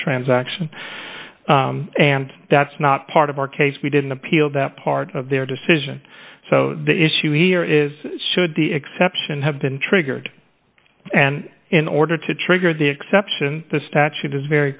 transaction and that's not part of our case we didn't appeal that part of their decision so the issue here is should the exception have been triggered and in order to trigger the exception the statute is very